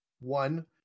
one